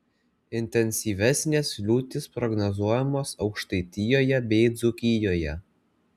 intensyvesnės liūtys prognozuojamos aukštaitijoje bei dzūkijoje